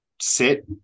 sit